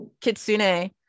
kitsune